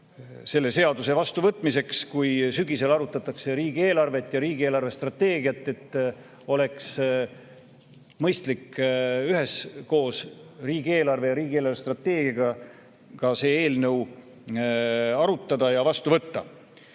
selle seaduse vastuvõtmiseks, kui sügisel arutatakse riigieelarvet ja riigi eelarvestrateegiat, et oleks mõistlik üheskoos riigieelarve ja riigi eelarvestrateegiaga seda eelnõu arutada ja vastu võtta.